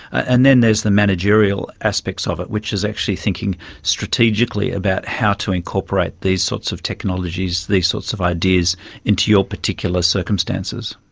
and then there's the managerial aspects of it, which is actually thinking strategically about how to incorporate these sorts of technologies, these sorts of ideas into your particular circumstances.